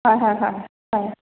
হয় হয় হয় হয়